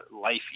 life